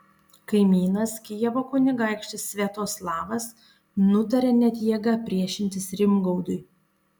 kaimynas kijevo kunigaikštis sviatoslavas nutarė net jėga priešintis rimgaudui